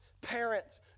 Parents